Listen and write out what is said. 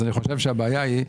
אני חושב שהבעיה היא אחרת.